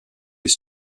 les